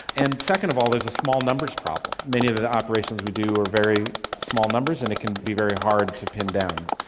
and second of all there's a small numbers problem. many of the operations we do are very small numbers and it can be very hard to pin down.